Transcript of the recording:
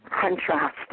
contrast